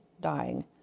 dying